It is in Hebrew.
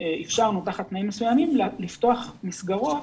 אפשרנו תחת תנאים מסוימים לפתוח מסגרות